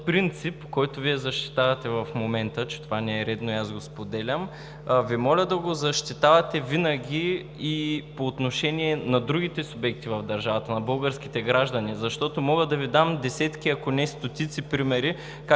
Този принцип, който Вие защитавате в момента – че това не е редно и аз го споделям, Ви моля да го защитавате винаги и по отношение на другите субекти в държавата – на българските граждани. Защото мога да Ви дам десетки, ако не и стотици, примери